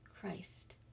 Christ